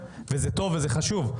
זה טוב וזה חשוב,